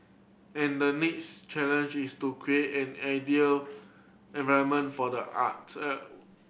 and the next challenge is to create an ideal environment for the art